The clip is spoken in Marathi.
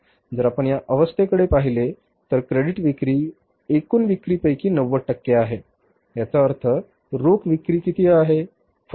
जर आपण या अवस्थेकडे पाहिले तर क्रेडिट विक्री एकूण विक्रीपैकी 90 टक्के आहे याचा अर्थ रोख विक्री किती आहे